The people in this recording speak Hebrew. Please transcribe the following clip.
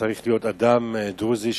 צריך להיות אדם דרוזי,